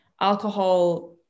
alcohol